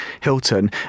Hilton